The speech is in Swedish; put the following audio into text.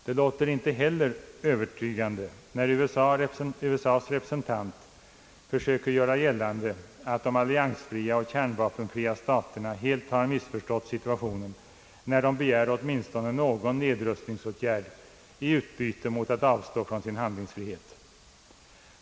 Det låter inte heller övertygande, när USA:s representant försöker göra gällande att de alliansfria och kärnvapenfria staterna helt har missförstått situationen när de begär åtminstone någon nedrustningsåtgärd i utbyte mot att avstå från sin handlingsfrihet.